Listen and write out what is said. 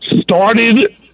started